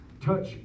touch